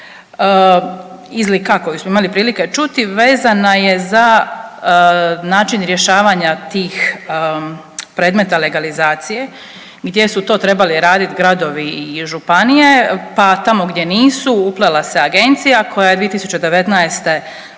izlika koju smo imali prilike čuti, vezana je za način rješavanja tih predmeta legalizacije, gdje su to trebali raditi gradovi i županije, pa tamo gdje nisu, uplela se Agencija koja je 2019.